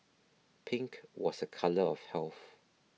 pink was a colour of health